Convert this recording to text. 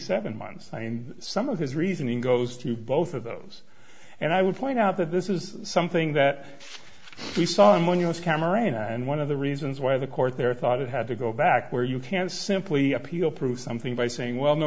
seven months i mean some of his reasoning goes to both of those and i would point out that this is something that we saw among us cameron and one of the reasons why the court there thought it had to go back where you can't simply appeal prove something by saying well no